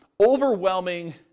overwhelming